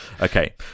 okay